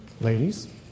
ladies